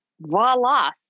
voila